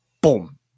boom